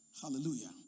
Hallelujah